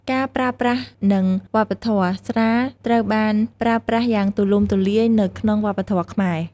ការប្រើប្រាស់ និងវប្បធម៌ ស្រាត្រូវបានប្រើប្រាស់យ៉ាងទូលំទូលាយនៅក្នុងវប្បធម៌ខ្មែរ។